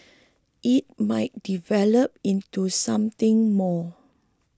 it might develop into something more